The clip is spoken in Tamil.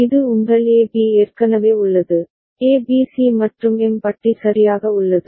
இது உங்கள் A B ஏற்கனவே உள்ளது A B C மற்றும் M பட்டி சரியாக உள்ளது